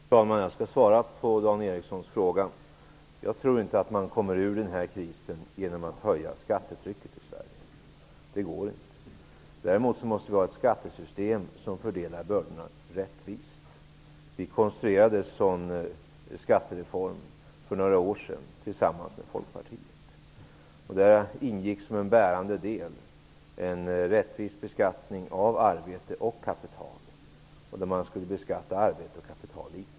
Fru talman! Jag skall svara på Dan Erikssons fråga. Jag tror inte att man kommer ur den här krisen genom att höja skattetrycket i Sverige. Det går inte. Däremot måste vi ha ett skattesystem som fördelar bördorna rättvist. Vi konstruerade en sådan skattereform för några år sedan tillsammans med Folkpartiet. Där ingick som en bärande del en rättvis beskattning av arbete och kapital. Man skulle beskatta arbete och kapital lika.